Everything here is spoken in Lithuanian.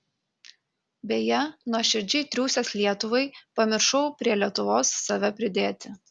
beje nuoširdžiai triūsęs lietuvai pamiršau prie lietuvos save pridėti